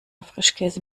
frischkäse